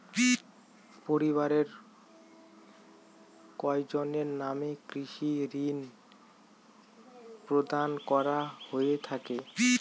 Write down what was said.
পরিবারের কয়জনের নামে কৃষি ঋণ প্রদান করা হয়ে থাকে?